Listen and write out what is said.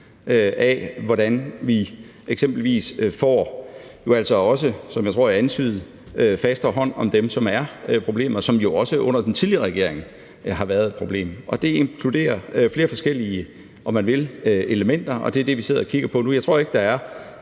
på, hvordan vi eksempelvis får, som jeg også antydede, fastere hånd om dem, som er et problem, og som jo også under den tidligere regering har været et problem. Det inkluderer flere forskellige elementer, og det er det, vi sidder og kigger på. Jeg tror ikke, der er